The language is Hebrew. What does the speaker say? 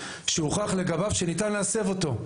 שהוכח לגביו שניתן להסב אותו.